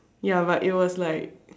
ya but it was like